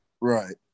Right